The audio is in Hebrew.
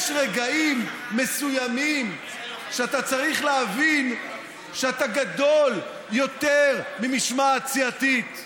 יש רגעים מסוימים שאתה צריך להבין שאתה גדול יותר ממשמעת סיעתית,